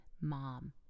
mom